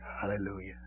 Hallelujah